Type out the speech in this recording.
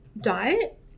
diet